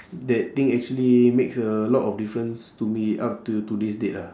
that thing actually makes a lot of difference to me up till today's date ah